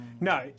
No